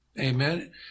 Amen